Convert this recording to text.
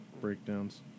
breakdowns